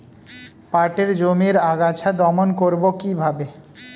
পাটের জমির আগাছা দমন করবো কিভাবে?